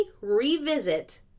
revisit